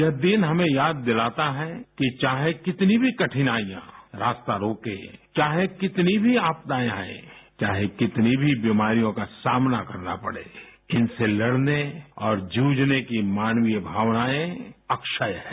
यह दिन हमें याद दिलाता है कि चाहे कितनी भी कठिनाइयाँ रास्ता रोकें चाहे कितनी भी आपदाएं आएं चाहे कितनी भी बीमारियों का सामना करना पड़े इनसे लड़ने और जूझने की मानवीय भावनाएं अक्षय है